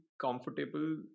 comfortable